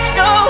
no